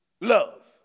love